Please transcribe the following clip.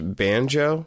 banjo